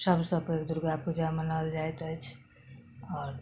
सबसँ पैघ दुर्गा पूजा मनाओल जाइत अछि आओर